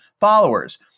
followers